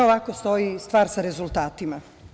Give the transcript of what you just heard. Ovako stoji stvar sa rezultatima.